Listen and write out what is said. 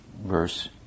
verse